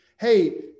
Hey